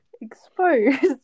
Exposed